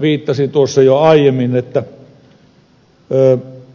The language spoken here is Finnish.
viittasin tuossa jo aiemmin siihen että